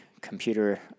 computer